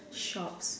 shops